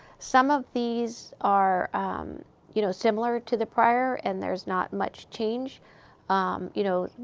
some of these are um you know similar to the prior, and there's not much change um you know,